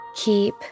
Keep